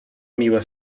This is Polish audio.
miłe